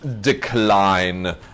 Decline